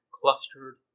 clustered